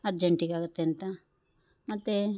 ಅರ್ಜೆಂಟಿಗಾಗುತ್ತೆಂತ ಮತ್ತು